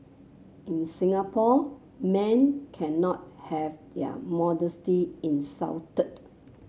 in Singapore men cannot have their modesty insulted